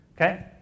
Okay